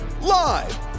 live